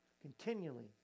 continually